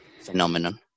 phenomenon